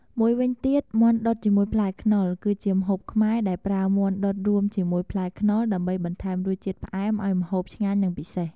មួយវិញទៀតមាន់ដុតជាមួយផ្លែខ្នុរ គឺជាម្ហូបខ្មែរដែលប្រើមាន់ ដុតរួមជាមួយផ្លែខ្នុរដើម្បីបន្ថែមរសជាតិផ្អែមឱ្យម្ហូបឆ្ងាញ់និងពិសេស។